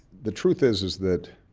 the truth is is that,